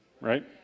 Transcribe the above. Right